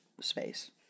space